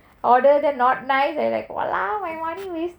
order then not nice then !walao! my money wasted